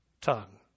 tongue